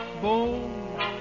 boom